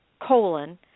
colon